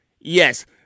Yes